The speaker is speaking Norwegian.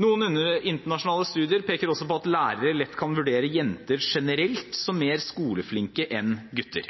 Noen internasjonale studier peker også på at lærere lett kan vurdere jenter generelt som mer skoleflinke enn gutter.